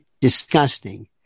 disgusting